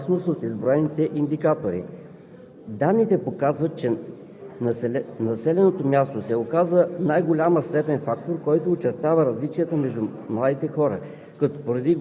Видно е, че образователните институции и обществото са създали у младежите аргументирани послания за вредността и опасността от изброените индикатори.